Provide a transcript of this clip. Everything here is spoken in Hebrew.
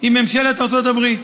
עם ממשלת ארצות הברית.